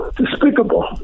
despicable